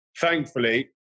thankfully